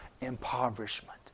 impoverishment